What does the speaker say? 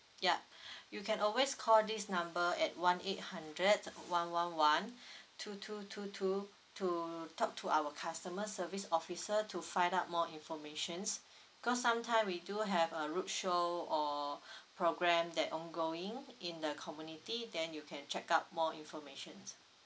yup you can always call this number at one eight hundred one one one two two two two to talk to our customer service officer to find out more information because sometime we do have a roadshow or program that ongoing in the community then you can check out more information